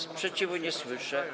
Sprzeciwu nie słyszę.